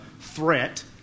threat